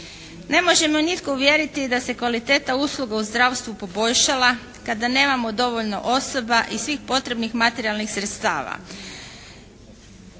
Ne može me nitko uvjeriti da se kvaliteta usluge u zdravstvu poboljšala kada nemamo dovoljno osoba i svih potrebnih materijalnih sredstava.